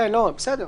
בסדר.